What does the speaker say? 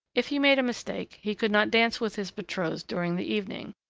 if he made a mistake, he could not dance with his betrothed during the evening,